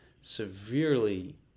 severely